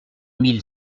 mille